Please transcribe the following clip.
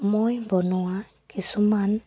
মই বনোৱা কিছুমান